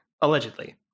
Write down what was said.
Allegedly